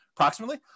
approximately